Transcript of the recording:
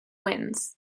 wins